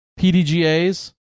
PDGAs